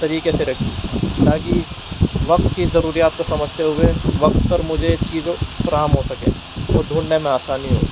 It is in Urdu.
طریقے سے رکھی تاکہ وقت کی ضروریات کو سمجھتے ہوئے وقت پر مجھے چیزوں فراہم ہو سکیں اور ڈھونڈنے میں آسانی ہو